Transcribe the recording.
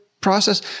process